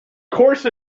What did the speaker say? course